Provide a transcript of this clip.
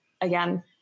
again